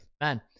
man